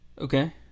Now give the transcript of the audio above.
Okay